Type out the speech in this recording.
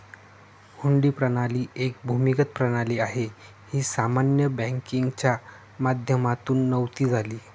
हुंडी प्रणाली एक भूमिगत प्रणाली आहे, ही सामान्य बँकिंगच्या माध्यमातून नव्हती झाली